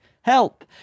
Help